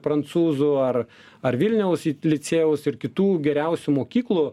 prancūzų ar ar vilniaus licėjaus ir kitų geriausių mokyklų